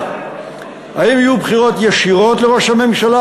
האם יהיו בחירות ישירות לראש הממשלה,